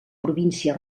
província